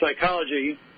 psychology